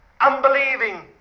unbelieving